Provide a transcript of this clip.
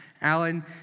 Alan